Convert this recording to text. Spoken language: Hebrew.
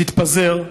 תתפזר.